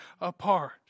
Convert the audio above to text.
apart